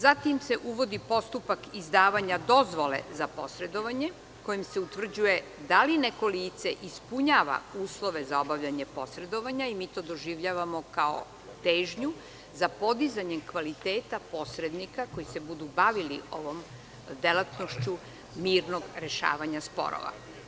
Zatim se uvodi postupak izdavanja dozvole za posredovanje kojim se utvrđuje da li neko lice ispunjava uslove za obavljanje posredovanja, i mi to doživljavamo kao težnju za podizanjem kvaliteta posrednika koji se budu bavili ovom delatnošću mirnog rešavanja sporova.